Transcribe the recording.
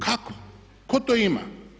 Kako, tko to ima?